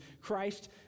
Christ